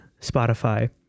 spotify